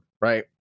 right